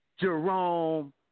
Jerome